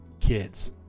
kids